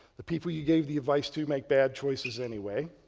the people you gave the advice to make bad choices anyway.